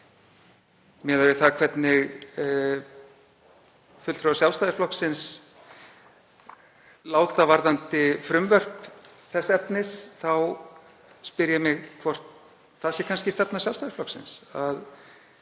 Miðað við hvernig fulltrúar Sjálfstæðisflokksins láta varðandi frumvörp þess efnis þá spyr ég mig hvort það sé kannski stefna Sjálfstæðisflokksins